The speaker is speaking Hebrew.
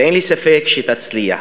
ואין לי ספק שתצליח.